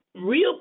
real